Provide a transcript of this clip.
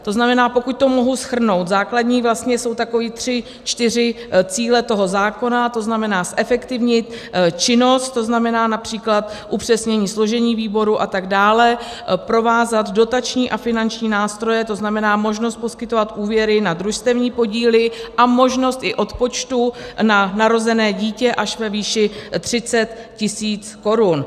To znamená, pokud to mohu shrnout, základní jsou tři čtyři cíle toho zákona, tzn. zefektivnit činnost, tzn. např. upřesnění složení výboru atd., provázat dotační a finanční nástroje, tzn. možnost poskytovat úvěry na družstevní podíly a možnost i odpočtu na narozené dítě až ve výši 30 tisíc korun.